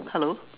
hello